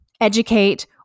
educate